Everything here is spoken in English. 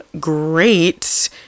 great